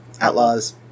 outlaws